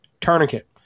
tourniquet